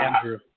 Andrew